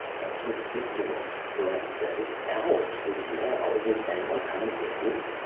that's ridiculous, barrent said. it's our city now. isn't anyone coming with me?